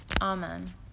Amen